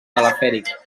telefèric